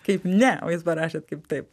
kaip ne o jūs parašėt kaip taip